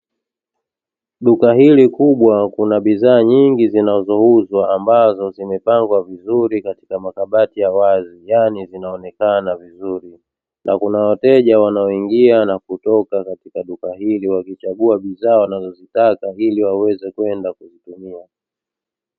Duka hili kubwa kubwa bidhaa nyingi zinazouzwa ambazo zimepangwa vizuri katika makabati ya wazi, yaani vinaonekana vizuri na kuna wateja wanaoingia na kutoka katika duka hilo wakichagua bidhaa wanazotaka ili waweze kwenda kuzitumia.